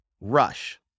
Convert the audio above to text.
rush